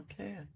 Okay